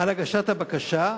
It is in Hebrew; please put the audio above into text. על הגשת הבקשה,